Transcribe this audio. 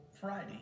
Friday